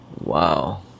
Wow